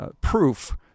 proof